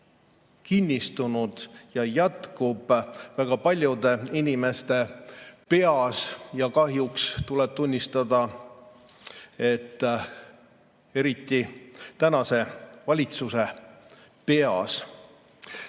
kinnistunud ja jätkub väga paljude inimeste peas, kahjuks tuleb tunnistada, et eriti tänase valitsuse peas.Me